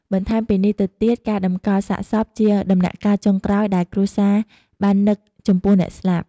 បន្ថែមពីនេះទៅទៀតការតម្កលសាកសពជាដំណាក់កាលចុងក្រោយដែលគ្រួសារបាននឹកចំពោះអ្នកស្លាប់។